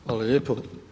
Hvala lijepo.